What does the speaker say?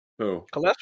Cholesterol